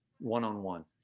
one-on-one